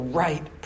right